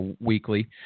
weekly